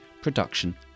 production